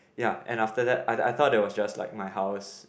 ya and after that I I thought it was just like my house